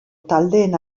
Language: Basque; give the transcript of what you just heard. taldeen